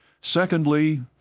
Secondly